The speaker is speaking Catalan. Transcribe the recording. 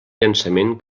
llançament